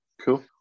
cool